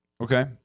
Okay